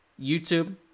YouTube